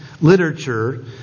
literature